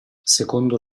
secondo